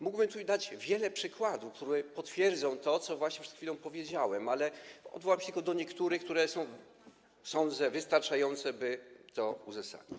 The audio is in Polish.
Mógłbym tu dać wiele przykładów, które potwierdzą to, co właśnie przed chwilą powiedziałem, ale odwołam się tylko do niektórych, które są, sądzę, wystarczające, by to uzasadnić.